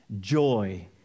Joy